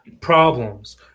problems